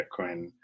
Bitcoin